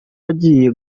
wagiye